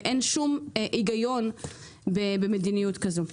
אין שום היגיון במדיניות כזו.